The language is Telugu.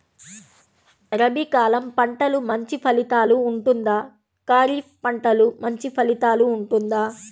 రబీ కాలం పంటలు మంచి ఫలితాలు ఉంటుందా? ఖరీఫ్ పంటలు మంచి ఫలితాలు ఉంటుందా?